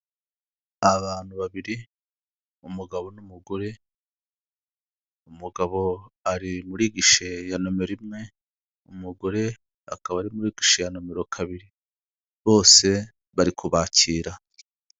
Abantu babiri umugabo n'umugore, umugabo ari muri gishe ya nomero imwe, umugore akaba ari muri gishe ya nomero kabiri, bose bari kubakira.